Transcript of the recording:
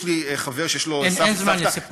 יש לי חבר שיש לו סבתא, אין זמן לסיפור.